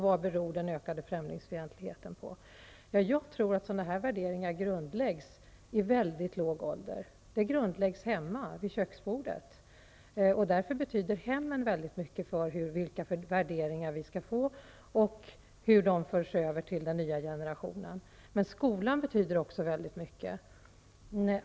Vad beror den ökade främlingsfientligheten på? Jag tror att sådana här värderingar grundläggs i mycket låg ålder. De grundläggs hemma, vid köksbordet. Därför betyder hemmen väldigt mycket för vilka värderingar vi skall få och hur de förs över till den nya generationen. Men skolan betyder också väldigt mycket.